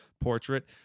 portrait